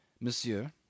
Monsieur